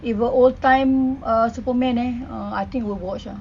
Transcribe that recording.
if a old time uh superman eh I think I will watch ah